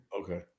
Okay